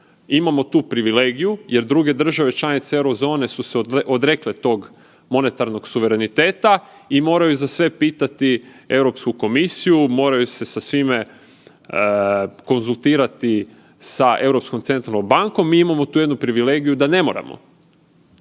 imamo tu privilegiju, jer druge države članice euro zone su se odrekle tog monetarnog suvereniteta i moraju za sve pitati Europsku komisiju, moraju se sa svime konzultirati sa Europskom centralnom bankom. Mi imamo tu jednu privilegiju da ne moramo.